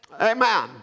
Amen